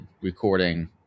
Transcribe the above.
recording